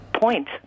point